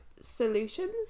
solutions